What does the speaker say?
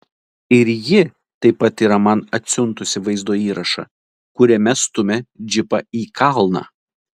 ir ji taip pat yra man atsiuntusi vaizdo įrašą kuriame stumia džipą į kalną